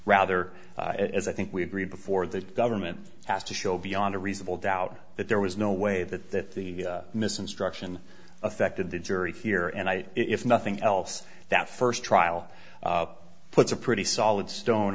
rather as i think we agree before the government has to show beyond a reasonable doubt that there was no way that that the missing struction affected the jury here and i if nothing else that first trial puts a pretty solid stone